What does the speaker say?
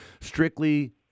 strictly